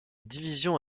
division